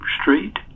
street